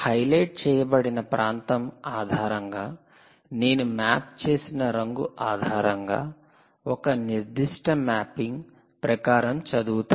highlight చేయబడిన ప్రాంతం ఆధారంగా నేను మ్యాప్ చేసిన రంగు ఆధారంగా ఒక నిర్దిష్ట మ్యాపింగ్ ప్రకారం చదువుతాను